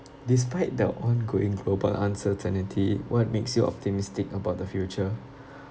despite the ongoing global uncertainty what makes you optimistic about the future